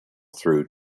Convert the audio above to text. through